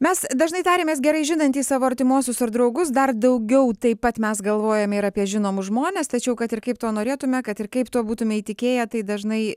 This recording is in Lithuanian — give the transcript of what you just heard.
mes dažnai tariamės gerai žinantys savo artimuosius ar draugus dar daugiau taip pat mes galvojame ir apie žinomus žmones tačiau kad ir kaip to norėtume kad ir kaip tuo būtume įtikėję tai dažnai